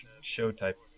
show-type